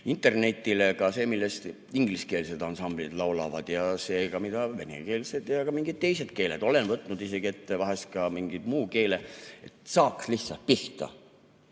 internetile ka selle vastu, millest ingliskeelsed ansamblid laulavad ja venekeelsed ja ka mingid teised keeled. Olen võtnud isegi ette vahel ka mingi muu keele, et saaks lihtsalt pihta,